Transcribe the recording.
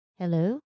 Hello